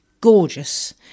Gorgeous